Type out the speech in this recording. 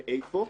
ואיפה?